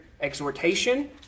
exhortation